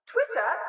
Twitter